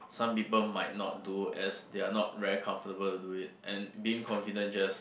some people might not do as they are not very comfortable to do it and being confident just